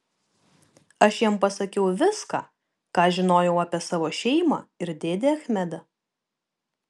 aš jam pasakiau viską ką žinojau apie savo šeimą ir dėdę achmedą